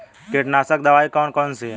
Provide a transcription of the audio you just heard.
कीटनाशक दवाई कौन कौन सी हैं?